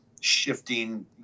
shifting